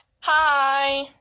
Hi